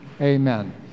Amen